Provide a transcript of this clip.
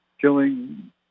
Killing